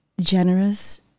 generous